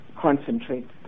concentrate